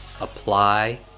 apply